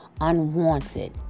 unwanted